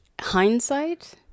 Hindsight